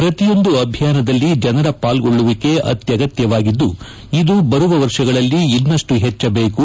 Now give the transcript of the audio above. ಪ್ರತಿಯೊಂದು ಅಭಿಯಾನದಲ್ಲಿ ಜನರ ಪಾಲ್ಗೊಳ್ಳುವಿಕೆ ಅತ್ಯಗತ್ಯವಾಗಿದ್ದು ಇದು ಬರುವ ವರ್ಷಗಳಲ್ಲಿ ಇನ್ನಷ್ಟು ಹೆಚ್ಚಬೇಕು